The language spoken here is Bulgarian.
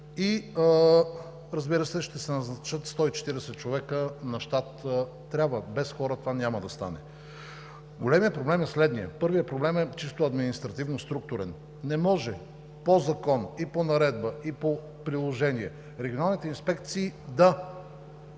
разбира се, ще се назначат и 140 човека на щат – трябва, без хора това няма да стане. Големият проблем е следният. Първият проблем е чисто административно-структурен. Не може по закон и по наредба, и по приложение регионалните инспекции да